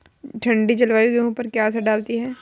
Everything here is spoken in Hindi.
ठंडी जलवायु गेहूँ पर क्या असर डालती है?